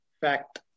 fact